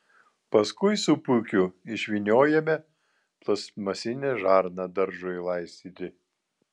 paskui su pūkiu išvyniojame plastmasinę žarną daržui laistyti